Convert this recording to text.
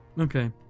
Okay